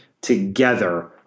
together